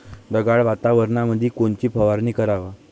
ढगाळ वातावरणामंदी कोनची फवारनी कराव?